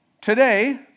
Today